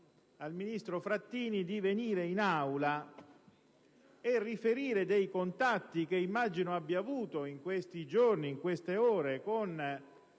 affari esteri Frattini di venire in Aula e riferire dei contatti che immagino abbia avuto in questi giorni, in queste ore, con